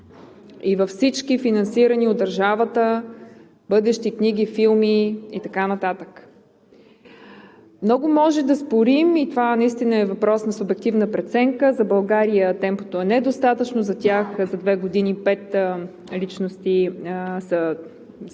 и във всички финансирани от държавата бъдещи книги, филми и така нататък. Много може да спорим, и това наистина е въпрос на субективна преценка, за България темпото е недостатъчно, за тях – за две години пет личности са добър